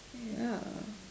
ya